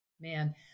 man